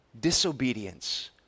Disobedience